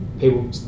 people